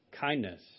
kindness